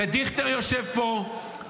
זה דיכטר יושב פה,